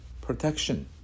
protection